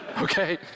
Okay